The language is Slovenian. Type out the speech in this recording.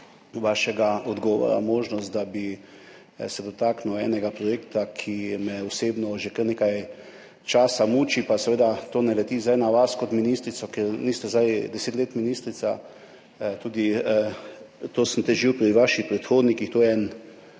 svojega odgovora možnost, da bi se dotaknil enega projekta, ki me osebno že kar nekaj časa muči – pa seveda to ne leti zdaj na vas kot ministrico, ker niste zdaj deset let ministrica, o tem sem težil tudi pri vaših predhodnikih, to je en